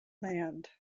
land